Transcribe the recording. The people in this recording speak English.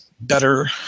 better